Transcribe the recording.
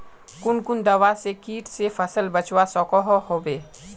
कुन कुन दवा से किट से फसल बचवा सकोहो होबे?